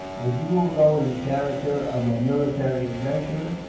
as you will go in the character of a military adventurer,